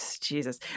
Jesus